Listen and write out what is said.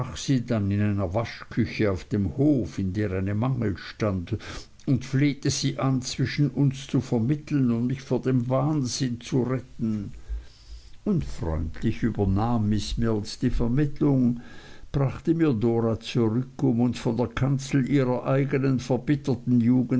in einer waschküche auf dem hof in der eine mangel stand und flehte sie an zwischen uns zu vermitteln und mich vor dem wahnsinn zu retten und freundlich übernahm miß mills die vermittlung brachte mir dora zurück um uns von der kanzel ihrer eignen verbitterten